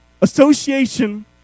Association